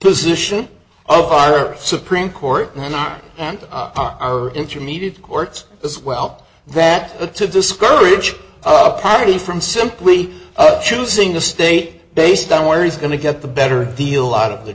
position of our supreme court and our intermediate courts as well that to discourage a party from simply choosing the state based on where he's going to get the better deal out of the